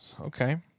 Okay